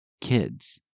kids